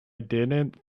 didn’t